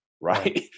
Right